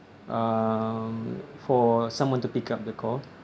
um for someone to pick up the call